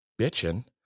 bitching